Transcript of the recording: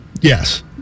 Yes